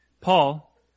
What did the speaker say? Paul